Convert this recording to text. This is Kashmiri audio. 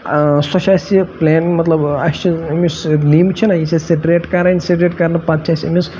سۄ چھِ اَسہِ پٕلین مَطلَب اَسہِ چھِ أمِس لِمب چھِنہ یہِ چھِ سٹریٹ کَرٕنۍ سٹریٹ کَرٕنہٕ پَتہٕ چھِ اَسہِ أمِس